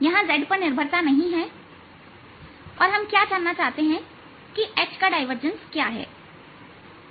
यहां z पर निर्भरता नहीं है और हम क्या जानना चाहते हैं कि H का डायवर्जेंस क्या है